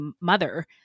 mother